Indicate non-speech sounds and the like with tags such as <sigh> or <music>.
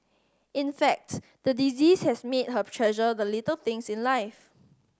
in fact the disease has made her <unintelligible> treasure the little things in life